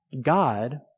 God